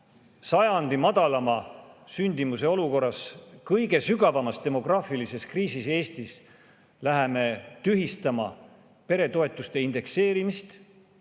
sajandi madalaima sündimuse [ajal], Eesti kõige sügavamas demograafilises kriisis me läheme tühistama peretoetuste indekseerimist,